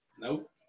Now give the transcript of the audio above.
Nope